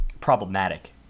problematic